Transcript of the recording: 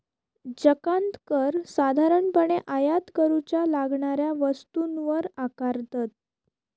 जकांत कर साधारणपणे आयात करूच्या लागणाऱ्या वस्तूंवर आकारतत